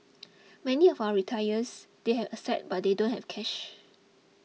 many of our retirees they have assets but they don't have cash